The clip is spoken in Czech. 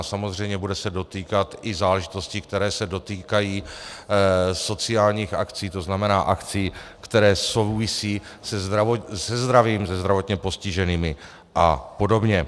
Samozřejmě bude se dotýkat i záležitostí, které se dotýkají sociálních akcí, tzn. akcí, které souvisí se zdravím, zdravotně postiženými apod.